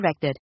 directed